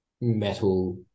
metal